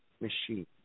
machine